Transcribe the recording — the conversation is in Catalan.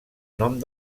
nom